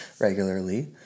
regularly